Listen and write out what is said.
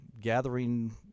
gathering